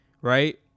right